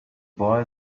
boy